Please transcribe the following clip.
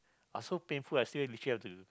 I so painful I still literally have to